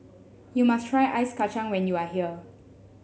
you must try Ice Kachang when you are here